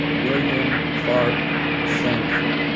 william clark sanford.